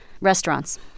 restaurants